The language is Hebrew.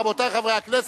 רבותי חברי הכנסת,